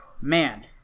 man